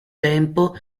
tempo